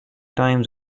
times